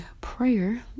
prayer